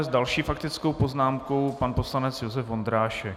S další faktickou poznámkou pan poslanec Josef Vondrášek.